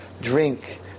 drink